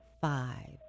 five